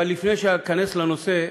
אבל לפני שאכנס לנושא,